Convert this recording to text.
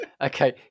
Okay